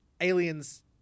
Aliens